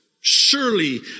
Surely